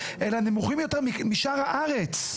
אלא נמוכים יותר משאר הארץ?